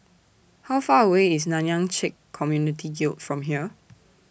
How Far away IS Nanyang Check Community Guild from here